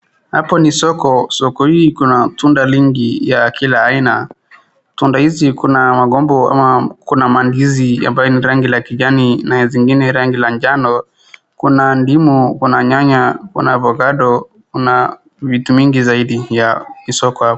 Hapo ni soko. Soko hii kuna tunda lingi ya kila aina. Tunda hizi kuna magombo ama kuna mandizi ambayo ni rangi la kijani na zingine rangi la njano. Kuna ndimu, kuna nyanya, kuna avocado , kuna vitu mingi zaidi ya ni soko hapo.